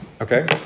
Okay